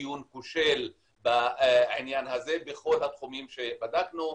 ציון כושל בעניין הזה בכל התחומים שבדקנו,